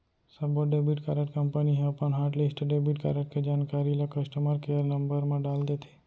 सब्बो debit card company ह अपन हॉटलिस्ट डेबिट कारड के जानकारी ल कस्टमर केयर नंबर म डाल देथे